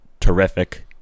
Terrific